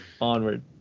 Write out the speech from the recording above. onward